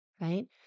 Right